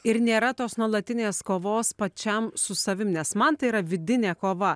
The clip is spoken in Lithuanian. ir nėra tos nuolatinės kovos pačiam su savim nes man tai yra vidinė kova